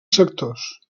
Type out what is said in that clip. sectors